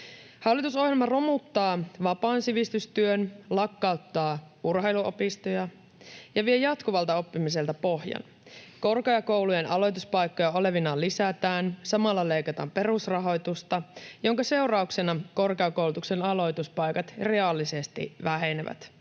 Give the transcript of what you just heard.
Hallitusohjelma romuttaa vapaan sivistystyön, lakkauttaa urheiluopistoja ja vie jatkuvalta oppimiselta pohjan. Korkeakoulujen aloituspaikkoja olevinaan lisätään, mutta samalla leikataan perusrahoitusta, minkä seurauksena korkeakoulutuksen aloituspaikat reaalisesti vähenevät.